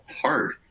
hard